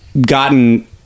gotten